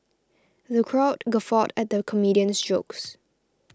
the crowd guffawed at the comedian's jokes